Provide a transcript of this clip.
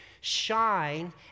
shine